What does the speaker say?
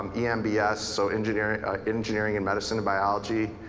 yeah embs, ah so engineering engineering and medicine and biology.